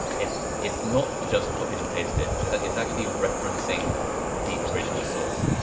it's it's not just copied and pasted it's it's actually referencing the original source.